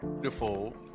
Beautiful